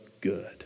good